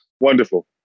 Wonderful